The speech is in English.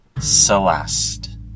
Celeste